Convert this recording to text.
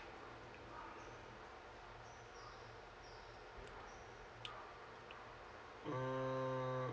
mm